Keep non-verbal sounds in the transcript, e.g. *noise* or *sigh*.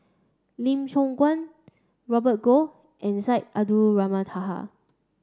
Lim Siong Guan Robert Goh and Syed *unintelligible* Taha